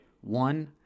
One